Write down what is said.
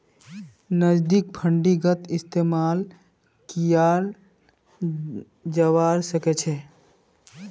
नकदीक फंडिंगत इस्तेमाल कियाल जवा सक छे